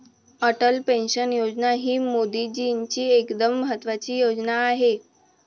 Atal pension Yojana ही मोदीजींची एकदम महत्त्वाची योजना आहे